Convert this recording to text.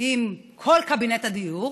עם כל קבינט הדיור,